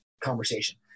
conversation